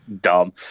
dumb